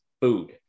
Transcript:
food